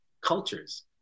cultures